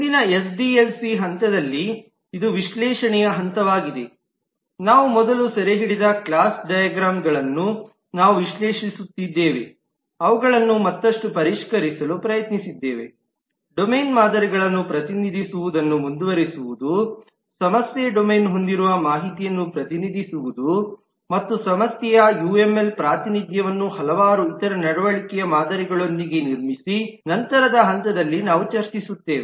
ಮುಂದಿನ ಎಸ್ಡಿಎಲ್ಸಿ ಹಂತದಲ್ಲಿ ಇದು ವಿಶ್ಲೇಷಣೆಯ ಹಂತವಾಗಿದೆನಾವು ಮೊದಲು ಸೆರೆಹಿಡಿದ ಕ್ಲಾಸ್ ಡೈಗ್ರಾಮ್ಗಳನ್ನು ನಾವು ವಿಶ್ಲೇಷಿಸುತ್ತೇವೆ ಅವುಗಳನ್ನು ಮತ್ತಷ್ಟು ಪರಿಷ್ಕರಿಸಲು ಪ್ರಯತ್ನಿಸಿದ್ದೇವೆಡೊಮೇನ್ ಮಾದರಿಗಳನ್ನು ಪ್ರತಿನಿಧಿಸುವುದನ್ನು ಮುಂದುವರಿಸುವುದು ಸಮಸ್ಯೆ ಡೊಮೇನ್ ಹೊಂದಿರುವ ಮಾಹಿತಿಯನ್ನು ಪ್ರತಿನಿಧಿಸುವುದು ಮತ್ತು ಸಮಸ್ಯೆಯ ಯುಎಂಎಲ್ ಪ್ರಾತಿನಿಧ್ಯವನ್ನು ಹಲವಾರು ಇತರ ನಡವಳಿಕೆಯ ಮಾದರಿಗಳೊಂದಿಗೆ ನಿರ್ಮಿಸಿ ನಂತರದ ಹಂತಗಳಲ್ಲಿ ನಾವು ಚರ್ಚಿಸುತ್ತೇವೆ